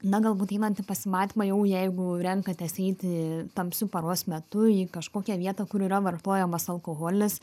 na galbūt einant į pasimatymą jau jeigu renkatės eiti tamsiu paros metu į kažkokią vietą kur yra vartojamas alkoholis